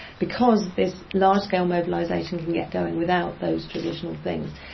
because this large-scale mobilisation can get going without those traditional things.